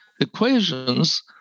equations